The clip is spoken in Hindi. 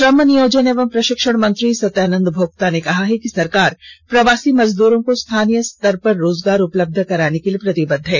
श्रम नियोजन एवं प्रषिक्षण मंत्री सत्यानंद भोगता ने कहा है कि सरकार प्रवासी मजदूरों को स्थानीय स्तर पर रोजगार उपलब्ध कराने के लिए प्रतिबद्ध है